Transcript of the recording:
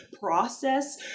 process